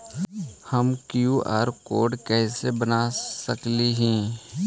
हम QR code कैसे बना सकली ही?